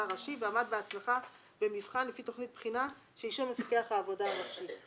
ראשי ועמד בהצלחה במבחן לפי תכנית בחינה שאישר מפקח העבודה הראשי".